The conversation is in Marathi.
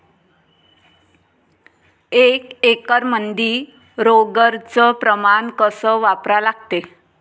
एक एकरमंदी रोगर च प्रमान कस वापरा लागते?